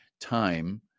time